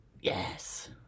yes